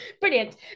brilliant